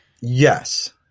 Yes